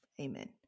Amen